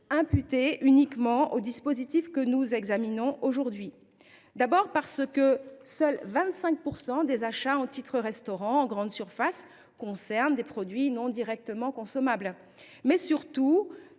imputée au dispositif que nous examinons aujourd’hui. Tout d’abord, seuls 25 % des achats en titres restaurant en grande surface concernent des produits non directement consommables. Ensuite,